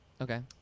Okay